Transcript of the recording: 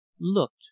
looked